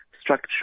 structure